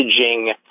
messaging